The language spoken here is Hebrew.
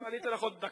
אני אתן לך עוד דקה.